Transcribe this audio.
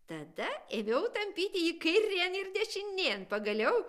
tada ėmiau tampyti jį kairėn ir dešinėn pagaliau